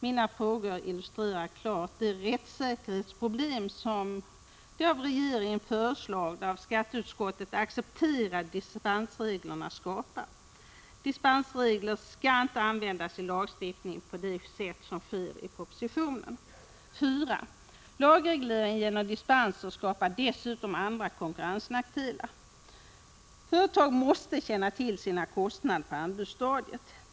Mina frågor illustrerar klart de rättssäkerhetsproblem som de av regeringen föreslagna och av skatteutskottet accepterade dispensreglerna skapar. Dispensregler skall inte användas i lagstiftning på det sätt som föreslås i propositionen. 4. Lagreglering genom dispenser skapar dessutom andra konkurrensnackdelar. Företagen måste känna till sina kostnader på anbudsstadiet.